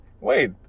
wait